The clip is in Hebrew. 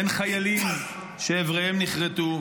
בין חיילים שאיבריהם נכרתו,